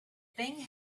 thing